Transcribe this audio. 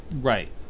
Right